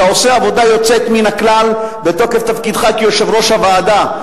אתה עושה עבודה יוצאת מן הכלל בתוקף תפקידך כיושב-ראש הוועדה,